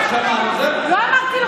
לא אמרתי לו